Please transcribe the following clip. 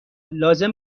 لازم